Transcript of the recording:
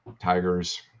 tigers